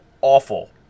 awful